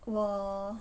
err